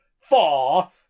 Four